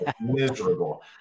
miserable